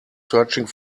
searching